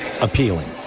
appealing